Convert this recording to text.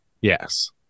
Yes